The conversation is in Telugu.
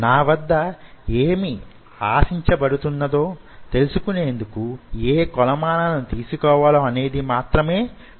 నా వద్ద నుండి యేమి ఆశించబడుతున్నదో తెలుసుకునేందుకు యే కొలమానాలను తీసుకోవాలో అనేది మాత్రమే వివరిస్తున్నాను